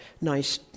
nice